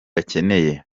bakeneye